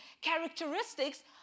characteristics